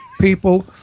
people